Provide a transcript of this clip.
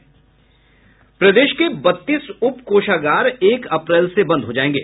प्रदेश के बत्तीस उप कोषागार एक अप्रैल से बंद हो जायेंगे